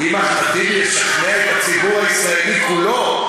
אם אחמד טיבי ישכנע את הציבור הישראלי כולו,